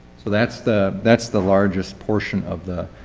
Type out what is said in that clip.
so that's the that's the largest portion of the